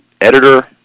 editor